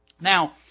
Now